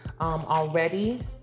already